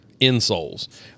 insoles